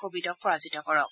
কোৱিডক পৰাজিত কৰক